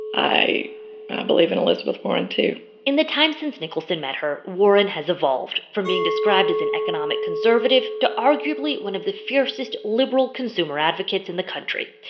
i believe in elizabeth warren, too in the time since nicholson met her, warren has evolved from being described as an economic conservative to arguably one of the fiercest liberal consumer advocates in the country.